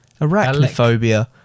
Arachnophobia